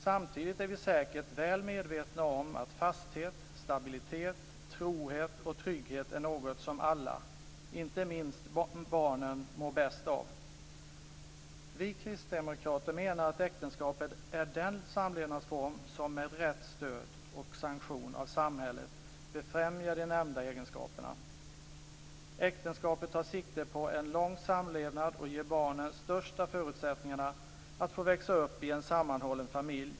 Samtidigt är vi säkert väl medvetna om att fasthet, stabilitet, trohet och trygghet är något som alla, inte minst barnen, mår bäst av. Vi kristdemokrater menar att äktenskapet är den samlevnadsform som med rätt stöd och sanktion av samhället befrämjar de nämnda egenskaperna. Äktenskapet tar sikte på en lång samlevnad och ger barnen de största förutsättningarna att få växa upp i en sammanhållen familj.